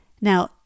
Now